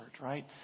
right